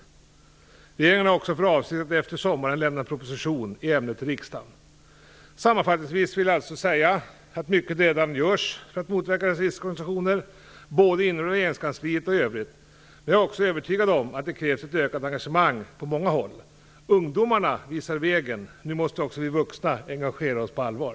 Regeringen har för avsikt att efter sommaren lämna en proposition i ämnet till riksdagen. Sammanfattningsvis vill jag alltså säga att mycket redan görs för att motverka rasistiska organisationer, både inom regeringskansliet och i övrigt. Men jag är också övertygad om att det krävs ett ökat engagemang på många håll. Ungdomarna har visat vägen. Nu måste också vi vuxna engagera oss på allvar!